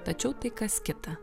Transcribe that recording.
tačiau tai kas kita